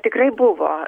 tikrai buvo